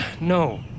no